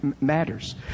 matters